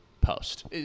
Post